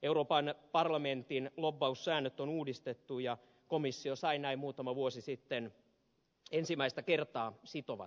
euroopan parlamentin lobbaussäännöt on uudistettu ja komissio sai näin muutama vuosi sitten ensimmäistä kertaa sitovat säännöt